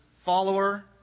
follower